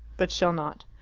but shall not.